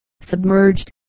submerged